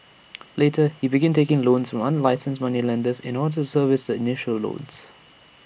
later he began taking loans from unlicensed moneylenders in order to service the initial loans